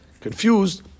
confused